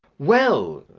well.